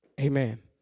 Amen